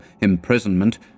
imprisonment